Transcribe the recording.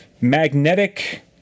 Magnetic